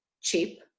cheap